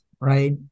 right